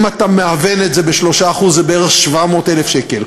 אם אתה מהוון את זה ב-3%, זה בערך 700,000 שקל.